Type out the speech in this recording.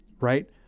Right